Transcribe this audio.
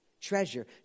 treasure